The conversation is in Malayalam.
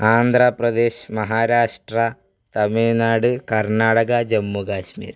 ആന്ധ്രാപ്രദേശ് മഹാരാഷ്ട്ര തമിഴ്നാട് കർണാടക ജമ്മു കശ്മീർ